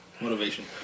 Motivation